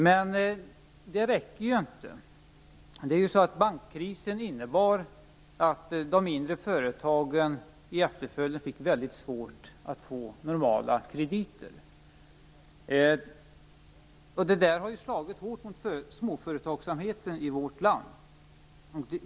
Men detta räcker inte. Bankkrisen innebar att de mindre företagen senare fick svårt att få normala krediter. Det har slagit hårt mot småföretagsamheten i vårt land.